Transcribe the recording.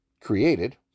created